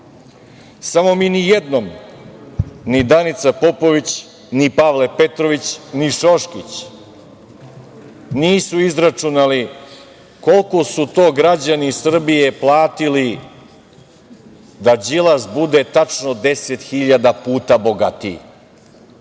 Samo mi nijednom ni Danica Popović, ni Pavle Petrović, ni Šoškić nisu izračunali koliko su to građani Srbije platili da Đilas bude tačno 10.000 puta bogatiji.